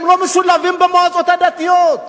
הם לא משולבים במועצות הדתיות,